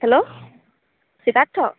hello Siddharth